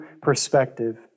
perspective